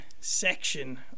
section